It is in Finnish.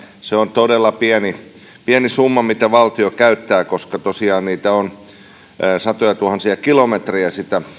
se on todella pieni pieni summa rahaa mitä valtio käyttää koska tosiaan niitä on satojatuhansia kilometrejä